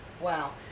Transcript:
Wow